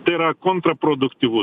tai yra kontora produktyvu tiek mes tikrai